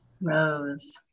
Rose